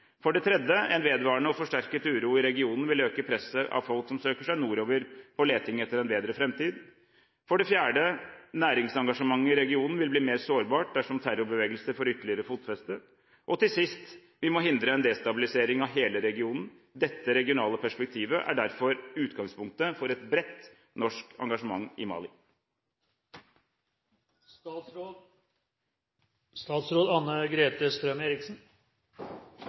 For det tredje: En vedvarende og forsterket uro i regionen vil øke presset av folk som søker seg nordover på leting etter en bedre fremtid. For det fjerde: Næringsengasjement i regionen vil bli mer sårbart dersom terrorbevegelser får ytterligere fotfeste. Til sist: Vi må hindre en destabilisering av hele regionen. Dette regionale perspektivet er derfor utgangspunktet for et bredt, norsk engasjement i